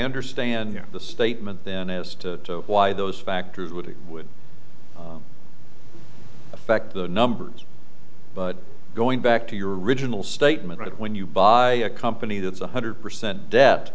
understand the statement then as to why those factors would it would affect the numbers but going back to your original statement when you buy a company that's one hundred percent debt